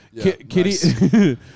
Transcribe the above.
Kitty